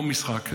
לא משחק.